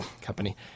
company